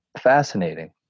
fascinating